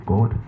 God